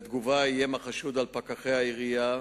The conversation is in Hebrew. בתגובה איים החשוד על פקחי העירייה